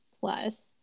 plus